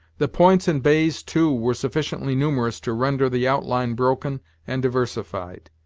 the points and bays, too, were sufficiently numerous to render the outline broken and diversified.